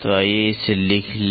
तो आइए इसे लिख लें